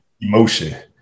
emotion